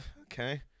okay